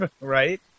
right